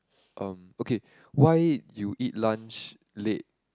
uh okay why you eat lunch late